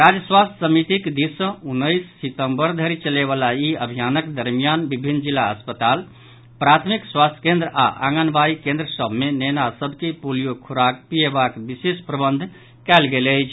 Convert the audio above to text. राज्य स्वास्थ्य समितिक दिस सॅ उन्नीस सितंबर धरि चलयवला ई अभियानक दरमियान विभिन्न जिला अस्पताल प्राथमिक स्वास्थ्य केन्द्र आओर आंगनबाड़ी केन्द्र सभ मे नेना सभ के पोलियक खुराक पिएबाक विशेष प्रबंध कयल गेल अछि